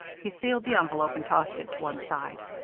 he sealed the envelope and tossed it to one side.